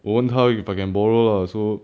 我问她 if I can borrow lah so